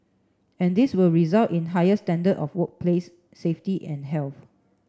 and this will result in a higher standard of workplace safety and health